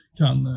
kan